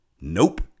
Nope